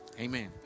Amen